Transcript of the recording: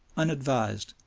unadvised,